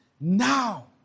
now